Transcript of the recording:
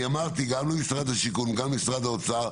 אני אמרתי גם למשרד השיכון, גם למשרד האוצר,